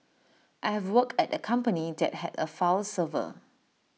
I have worked at A company that had A file server